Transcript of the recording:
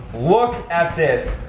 look at this.